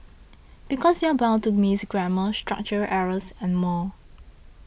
because you're bound to miss grammar structural errors and more